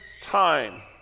time